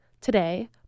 Today